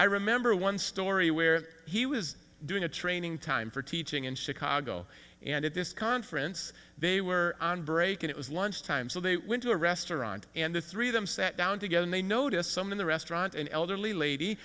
i remember one story where he was doing a training time for teaching in chicago and at this conference they were on break and it was lunch time so they went to a restaurant and the three of them sat down together they noticed some in the restaurant an elderly lady